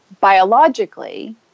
biologically